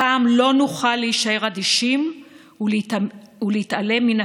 הפעם לא נוכל להישאר אדישים ולהתעלם מן